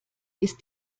ist